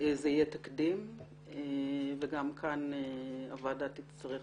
זה יהיה תקדים וגם כאן הוועדה תצטרך